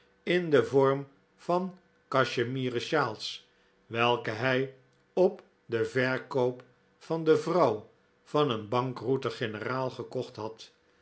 in den vorm van cachemieren sjaals welke hij op den verkoop van de vrouw van een bankroeten generaal gekocht had